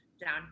down